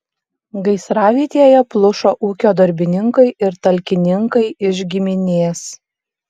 gaisravietėje plušo ūkio darbininkai ir talkininkai iš giminės